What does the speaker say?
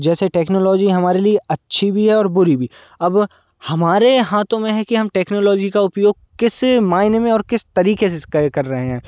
जैसे टेक्नोलॉजी हमारे लिए अच्छी भी है और बुरी भी अब हमारे हाथों में है कि हम टेक्नोलॉजी का उपयोग किस मायने में और किस तरीके से कर कर रहे हैं